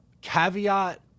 caveat